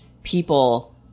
people